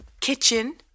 kitchen